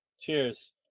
Cheers